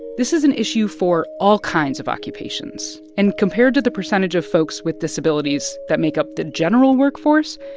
this is an issue for all kinds of occupations. and compared to the percentage of folks with disabilities that make up the general workforce,